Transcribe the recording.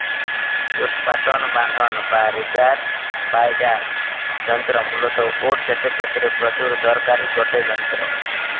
উৎপাটন বাঁধন বা রিপার বাইন্ডার যন্ত্র মূলতঃ ওট চাষের ক্ষেত্রে প্রচুর দরকারি গটে যন্ত্র